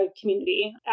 community